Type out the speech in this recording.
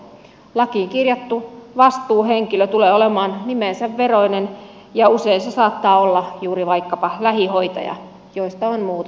lakiin kirjattu vastuuhenkilö tulee olemaan nimensä veroinen ja usein hän saattaa olla juuri vaikkapa lähihoitaja joista on muuten kova pula